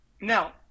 Now